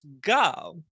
go